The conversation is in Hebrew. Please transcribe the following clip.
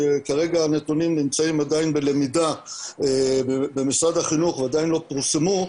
כרגע הנתונים נמצאים עדיין בלמידה במשרד החינוך והם עדיין לא פורסמו,